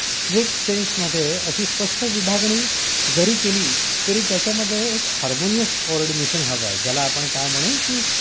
strict सेन्समध्ये अशी स्पष्ट विभागणी जरी केली तरी त्याच्यामध्ये एक हार्मोनियस कोऑर्डिनेशन हवं ज्याला आपण काय म्हणू की